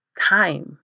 time